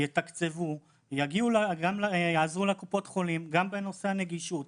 לתקצב ולעזור לקופות החולים, גם בנושא הנגישות.